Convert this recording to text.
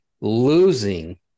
losing